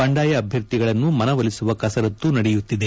ಬಂಡಾಯ ಅಭ್ಯರ್ಥಿಗಳನ್ನು ಮನವೊಲಿಸುವ ಕಸರತ್ತು ನಡೆಯುತ್ತಿದೆ